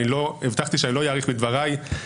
הבטחתי שלא אאריך בדבריי.